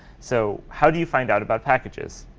so how do you find out about packages?